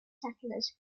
settlers